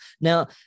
Now